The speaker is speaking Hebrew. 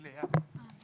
כן.